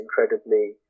incredibly